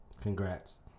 Congrats